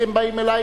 הייתם באים אלי,